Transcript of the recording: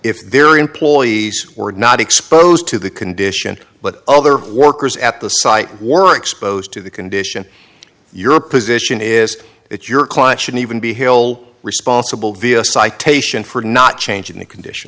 if their employees were not exposed to the condition but other workers at the site were exposed to the condition your position is that your client should even be hill responsible via a citation for not changing the condition